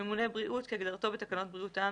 "ממונה בריאות" כהגדרתו בתקנות בריאות העם